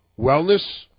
wellness